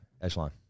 Echelon